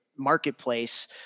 marketplace